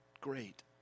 great